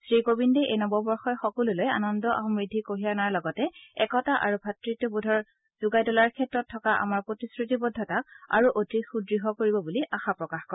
শ্ৰীকোবিন্দে এই নৱবৰ্ষই সকলোলৈ আনন্দ আৰু সমৃদ্ধি কঢ়িয়াই অনাৰ লগতে একতা আৰু ভাতৃত্ববোধ যোগাই তোলাৰ ক্ষেত্ৰত থকা আমাৰ প্ৰতিশ্ৰতিবদ্ধতা আৰু অধিক সুদৃঢ় কৰি তুলিব বুলি আশা প্ৰকাশ কৰে